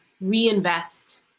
reinvest